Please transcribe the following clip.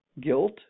guilt